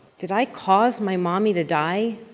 did i cause my mommy to die?